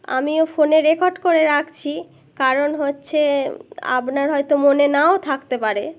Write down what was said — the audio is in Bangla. আমিও ফোনে রেকর্ড করে রাখছি কারণ হচ্ছে আপনার হয়তো মনে নাও থাকতে পারে